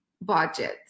budget